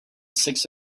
six